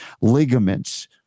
ligaments